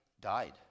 died